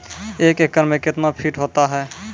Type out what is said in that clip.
एक एकड मे कितना फीट होता हैं?